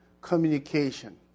communication